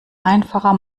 einfacher